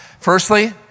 Firstly